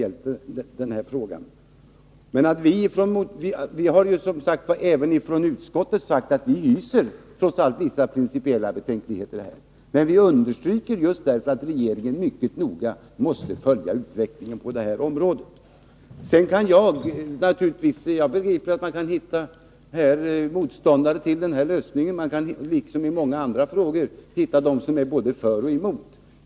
Även vi i utskottet har sagt att vi trots allt hyser vissa principiella betänkligheter. Vi understryker just därför att regeringen riktigt noga måste följa utvecklingen på området. Jag begriper naturligtvis att man kan hitta motståndare till denna lösning liksom man i många andra frågor hittar dem som är både för och emot.